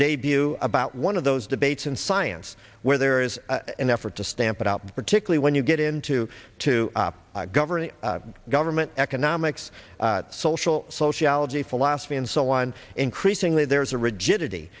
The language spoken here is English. debut about one of those debates in science where there is an effort to stamp it out particularly when you get into to govern the government economics social sociology philosophy and so on increasingly there is a rigidity